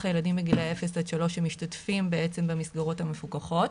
הילדים בגילאי אפס עד שלוש שמשתתפים בעצם במסגרות המפוקחות,